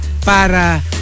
para